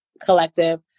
collective